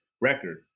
record